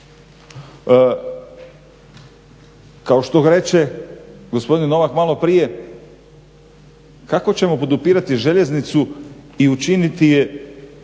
Kao što reče gospodin Novak malo prije, kako ćemo podupirati željeznicu i učiniti je